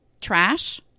trash